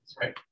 right